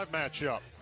matchup